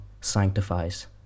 sanctifies